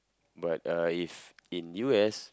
but uh if in U_S